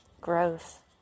Growth